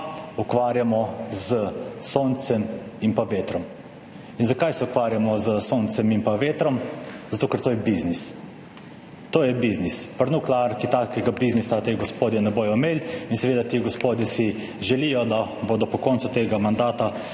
ukvarjamo s soncem in vetrom. In zakaj se ukvarjamo s soncem in vetrom? Zato, ker je to biznis. To je biznis. Pri nuklearki takega biznisa ti gospodje ne bodo imeli in seveda si ti gospodje želijo, da bodo po koncu tega mandata